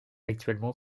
actuellement